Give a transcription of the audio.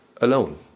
alone